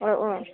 औ औ